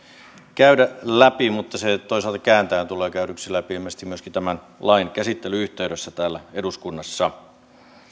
käydä läpi mutta se toisaalta kääntäen tulee käydyksi läpi ilmeisesti myöskin tämän lain käsittelyn yhteydessä täällä eduskunnassa